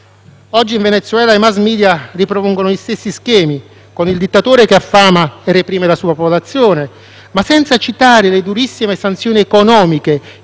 Oggi in Venezuela i *mass media* ripropongono gli stessi schemi, con il dittatore che affama e reprime la sua popolazione, ma senza citare le durissime sanzioni economiche